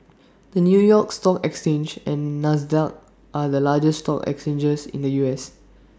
the new york stock exchange and Nasdaq are the largest stock exchanges in the U S